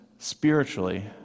spiritually